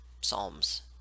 psalms